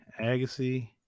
Agassi